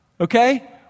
Okay